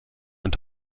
und